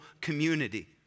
community